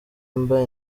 mba